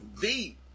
deep